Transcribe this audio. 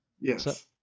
yes